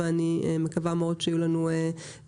ואני מקווה מאוד שיהיו לנו תוצאות